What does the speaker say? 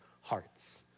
hearts